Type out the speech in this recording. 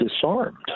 disarmed